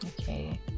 Okay